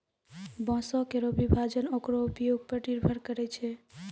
बांसों केरो विभाजन ओकरो उपयोग पर निर्भर करै छै